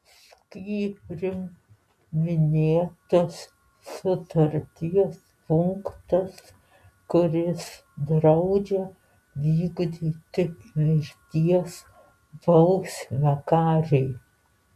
skyrium minėtinas sutarties punktas kuris draudžia vykdyti mirties bausmę kariui